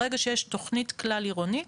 ברגע שיש תכנית כלל עירונית,